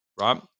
Right